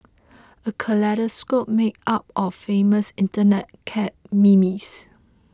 a kaleidoscope made up of famous Internet cat memes